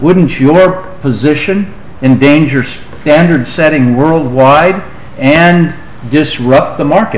wouldn't your position and dangers now entered setting world wide and disrupt the market